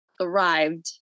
arrived